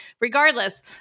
Regardless